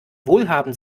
wohlhabend